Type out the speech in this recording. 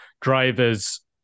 drivers